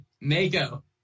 Mako